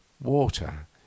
Water